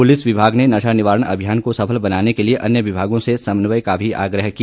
police विभाग ने नशा निवारण अभियान को सफल बनाने के लिए अन्य विमागों से समन्वय का भी आग्रह किया